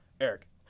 Eric